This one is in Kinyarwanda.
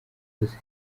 jose